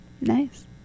Nice